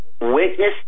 witness